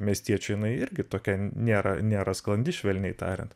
miestiečių jinai irgi tokia nėra nėra sklandi švelniai tariant